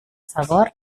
favor